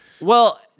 Well-